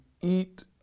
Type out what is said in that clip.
eat